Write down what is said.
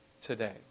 today